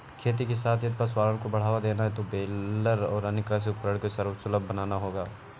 खेती के साथ यदि पशुपालन को बढ़ावा देना है तो बेलर एवं अन्य कृषि उपकरण को सर्वसुलभ बनाना होगा